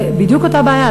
זה בדיוק אותה בעיה,